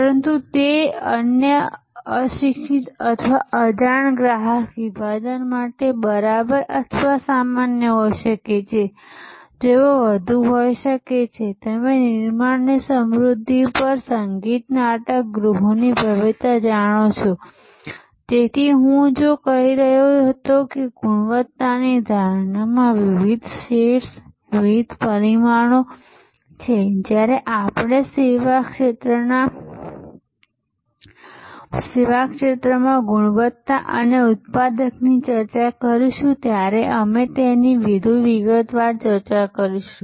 પરંતુ તે જ અન્ય અશિક્ષિત અથવા અજાણ ગ્રાહક વિભાજન માટે બરાબર અથવા સામાન્ય હોઈ શકે છે જેઓ વધુ હોઈ શકે છે તમે નિર્માણની સમૃદ્ધિ પર સંગીત નાટક ગૃહની ભવ્યતા જાણો છો તેથી હું જે કહી રહ્યો હતો તે ગુણવત્તાની ધારણામાં વિવિધ શેડ્સ વિવિધ પરિમાણો છે જ્યારે આપણે સેવા ક્ષેત્રમાં ગુણવત્તા અને ઉત્પાદકતાની ચર્ચા કરીશું ત્યારે અમે તેની વધુ વિગતવાર ચર્ચા કરીશું